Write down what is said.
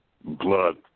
blood